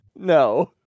No